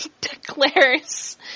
declares